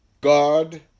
God